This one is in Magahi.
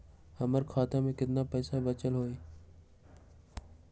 हमर खाता में केतना पैसा बचल हई?